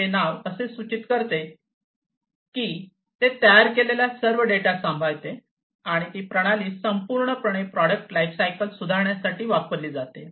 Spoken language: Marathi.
हे नाव असे सूचित करते की ते तयार केलेला सर्व डेटा सांभाळते आणि ती प्रणाली संपूर्णपणे प्रॉडक्ट लाइफसायकल सुधारण्यासाठी वापरली जाते